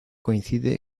coincide